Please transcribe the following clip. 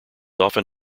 often